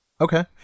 Okay